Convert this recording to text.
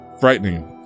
frightening